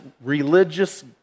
religious